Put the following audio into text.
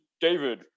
David